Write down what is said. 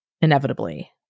inevitably